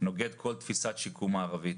נוגד כל תפיסת שיקום מערבית.